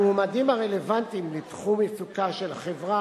המועמדים הרלוונטיים לתחום עיסוקה של החברה